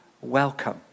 welcome